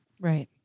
Right